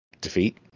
defeat